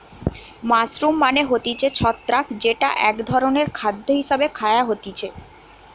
mushroom মানে হতিছে ছত্রাক যেটা এক ধরণের খাদ্য হিসেবে খায়া হতিছে